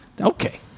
Okay